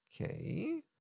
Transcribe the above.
Okay